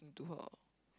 to her